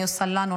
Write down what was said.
מה היא עושה לנו,